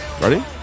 Ready